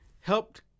helped